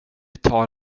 tar